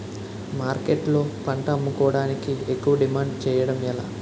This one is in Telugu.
మార్కెట్లో పంట అమ్ముకోడానికి ఎక్కువ డిమాండ్ చేయడం ఎలా?